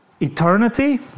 Eternity